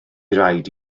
raid